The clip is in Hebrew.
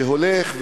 שהולך,